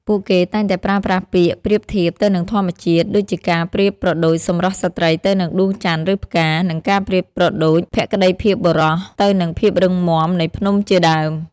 ពួកគេតែងតែប្រើប្រាស់ពាក្យប្រៀបធៀបទៅនឹងធម្មជាតិ ដូចជាការប្រៀបប្រដូចសម្រស់ស្រ្តីទៅនឹងដួងច័ន្ទ ឬផ្កា និងការប្រៀបប្រដូចភក្តីភាពរបស់បុរសទៅនឹងភាពរឹងមាំនៃភ្នំជាដើម។